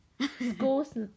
school's